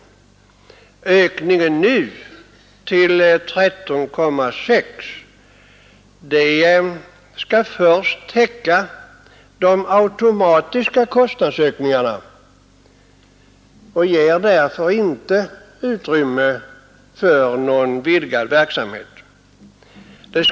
Den nu föreslagna ökningen till 13,6 miljoner skall först täcka de automatiska kostnadsökningarna och ger därför inte utrymme för någon vidgad forskningsverksamhet.